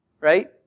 Right